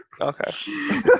Okay